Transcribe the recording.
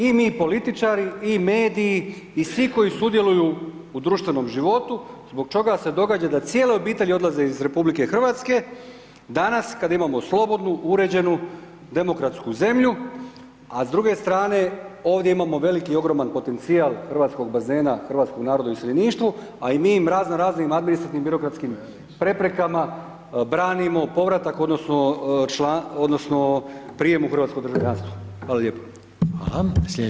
I mi političari i mediji i svi koji sudjeluju u društvenog životu, zbog čega se događa da cijele obitelji odlaze iz RH, danas kad imamo slobodnu, uređenu, demokratsku zemlju, a s druge strane ovdje imamo veliki i ogroman potencijal hrvatskog bazena, hrvatskog naroda u iseljeništvu, a i mi im razno raznim administrativno birokratskim preprekama branimo povratak odnosno članstvo odnosno prijam u hrvatsko državljanstvo.